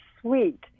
sweet